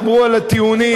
דברו על הטיעונים.